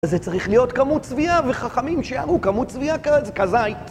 זה צריך להיות כמות צביעה וחכמים שיערו כמות צביעה כ... כזית